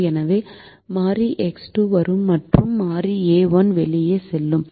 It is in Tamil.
எனவே மாறி எக்ஸ் 2 வரும் மற்றும் மாறி a 1 வெளியே செல்லும்